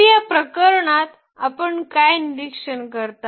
तर या प्रकरणात आपण काय निरीक्षण करता